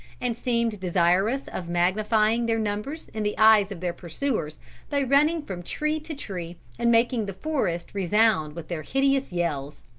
and seemed desirous of magnifying their numbers in the eyes of their pursuers by running from tree to tree and making the forest resound with their hideous yells.